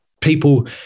people